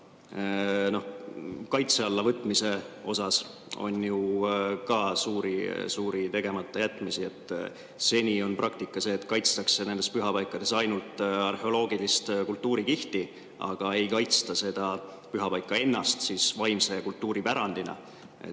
Kaitse alla võtmises on ju ka suuri tegemata jätmisi. Seni on praktika olnud see, et nendes pühapaikades kaitstakse ainult arheoloogilist kultuurikihti, aga ei kaitsta seda pühapaika ennast vaimse kultuuri pärandina,